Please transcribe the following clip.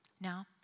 now